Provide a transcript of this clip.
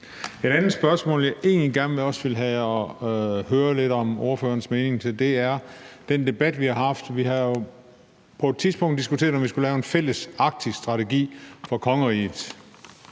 Et andet spørgsmål, jeg egentlig også gerne vil høre ordførerens mening om, går på den debat, vi har haft: Vi har jo på et tidspunkt diskuteret, om vi skulle lave en fælles arktisk strategi for kongeriget.